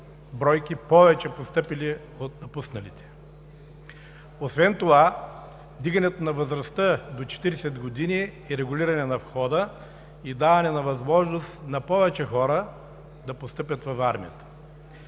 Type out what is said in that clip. бройки повече постъпили от напусналите. Освен това вдигането на възрастта до 40 години е регулиране на входа и даване възможност на повече хора да постъпят в армията.